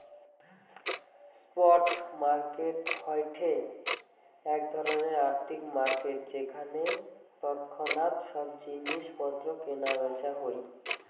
spot market হয়ঠে এক ধরণের আর্থিক মার্কেট যেখানে তৎক্ষণাৎ সব জিনিস পত্র কেনা বেচা হই